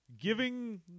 giving